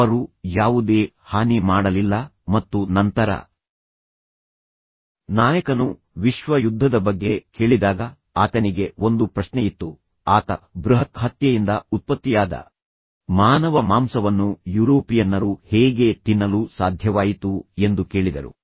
ಅವರು ಯಾವುದೇ ಹಾನಿ ಮಾಡಲಿಲ್ಲ ಮತ್ತು ನಂತರ ನಾಯಕನು ವಿಶ್ವ ಯುದ್ಧದ ಬಗ್ಗೆ ಕೇಳಿದಾಗ ಆತನಿಗೆ ಒಂದು ಪ್ರಶ್ನೆಯಿತ್ತು ಆತ ಬೃಹತ್ ಹತ್ಯೆಯಿಂದ ಉತ್ಪತ್ತಿಯಾದ ಮಾನವ ಮಾಂಸವನ್ನು ಯುರೋಪಿಯನ್ನರು ಹೇಗೆ ತಿನ್ನಲು ಸಾಧ್ಯವಾಯಿತು ಎಂದು ಕೇಳಿದರು